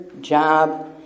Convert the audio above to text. job